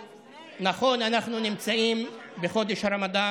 נכון, אנחנו נמצאים בחודש הרמדאן,